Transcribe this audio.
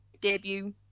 debut